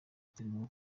turimo